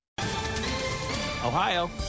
Ohio